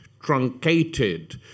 truncated